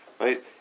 Right